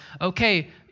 Okay